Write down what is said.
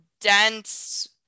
dense